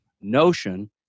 notion